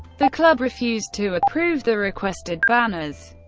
the club refused to approve the requested banners,